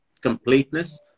completeness